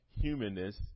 humanness